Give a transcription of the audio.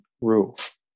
roof